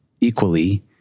equally